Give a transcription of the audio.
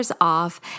off